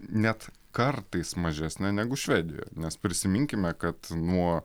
net kartais mažesnė negu švedijoje nes prisiminkime kad nuo